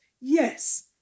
Yes